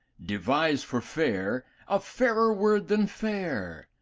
devise for fair a fairer word than fair,